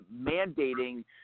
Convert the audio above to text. mandating